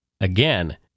Again